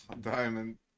diamond